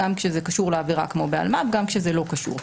גם כשזה קשור לעבירה כמו באלמ"ב וגם כשזה לא קשור.